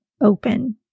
open